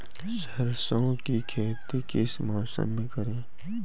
सरसों की खेती किस मौसम में करें?